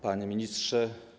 Panie Ministrze!